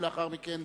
ולאחר מכן,